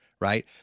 right